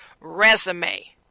resume